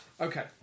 Okay